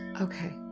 Okay